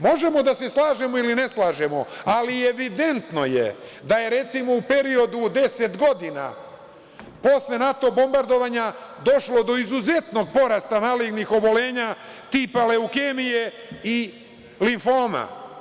Možemo da se slažemo ili ne slažemo, ali je evidentno da je recimo, u periodu od 10 godina, posle NATO bombardovanja došlo do izuzetnog porasta malignih oboljenja tipa leukemije i limfoma.